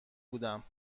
بودم